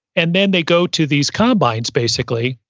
and then they go to these combines basically.